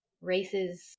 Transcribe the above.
races